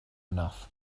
enough